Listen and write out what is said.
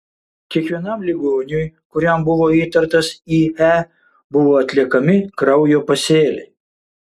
kiekvienam ligoniui kuriam buvo įtartas ie buvo atliekami kraujo pasėliai